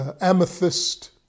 amethyst